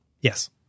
Yes